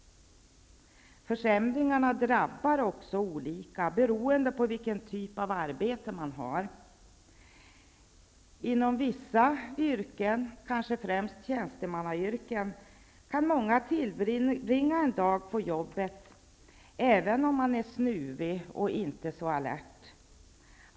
Försämringarna drabbar också olika beroende på vilken typ av arbete man har. Inom vissa yrken, kanske främst tjänstemannayrken, kan många tillbringa en dag på jobbet även om man är snuvig och inte så alert.